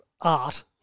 Art